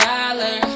Dollar